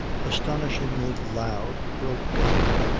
astonishingly loud, broke, as it were,